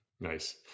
Nice